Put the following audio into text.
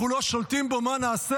אנחנו לא שולטים בו, מה נעשה?